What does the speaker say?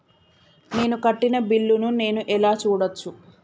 నేను కట్టిన బిల్లు ను నేను ఎలా చూడచ్చు?